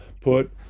put